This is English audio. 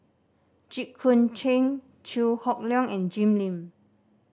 Jit Koon Ch'ng Chew Hock Leong and Jim Lim